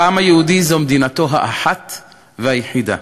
והעם היהודי, זאת מדינתו האחת והיחידה.